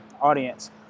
audience